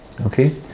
okay